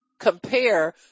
compare